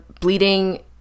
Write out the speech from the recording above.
bleeding